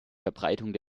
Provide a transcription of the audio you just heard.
verbreitung